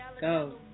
go